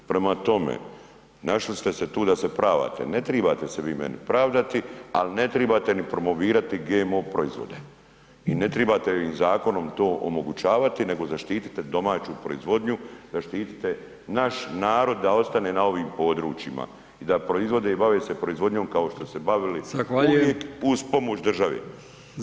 Prema tome, našli ste se tu da se pravdate, ne trebate se vi meni pravdati ali ne trebate ni promovirati GMO proizvode i ne trebate im zakonom to omogućavati nego zaštitite domaću proizvodnju, zaštitite naš narod da ostane na ovim područjima i da proizvode i bave se proizvodnjom kao što su se bavili uvijek uz pomoć države.